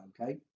okay